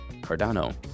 Cardano